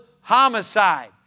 homicide